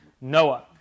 Noah